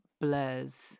blurs